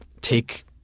take